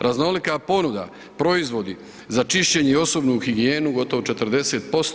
Raznolika ponuda proizvodi za čišćenje i osobnu higijenu gotovo 40%